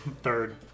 Third